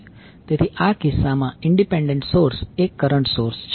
તેથી આ કિસ્સામાં ઇંડિપેંડેંટ સોર્સ એ કરંટ સોર્સ છે